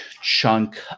chunk